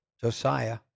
Josiah